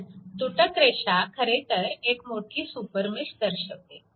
तर तुटक रेषा खरेतर एक मोठी सुपरमेश दर्शवते